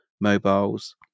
mobiles